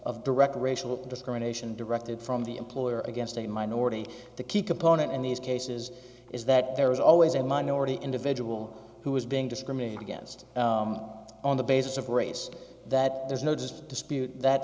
of direct racial discrimination directed from the employer against a minority the key component in these cases is that there was always a minority individual who was being discriminated against on the basis of race that there's no just dispute that